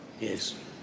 Yes